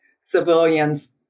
civilians